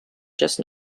just